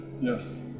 yes